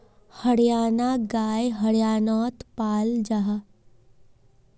हरयाना गाय हर्यानात पाल जाहा